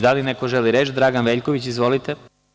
Da li neko želi reč? (Da) Dragan Veljković, izvolite.